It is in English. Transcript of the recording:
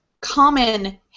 common